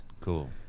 Cool